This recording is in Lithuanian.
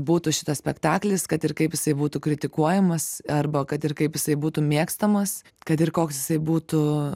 būtų šitas spektaklis kad ir kaip jisai būtų kritikuojamas arba kad ir kaip jisai būtų mėgstamas kad ir koks jisai būtų